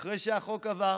אחרי שהחוק עבר,